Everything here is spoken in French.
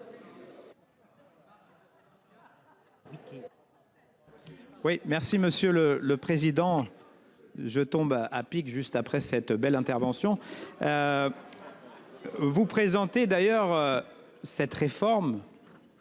merci Monsieur le le président. Je tombe à pic. Juste après cette belle intervention. Vous présenter d'ailleurs. Cette réforme.